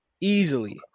easily